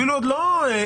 אפילו עוד לא התערבות,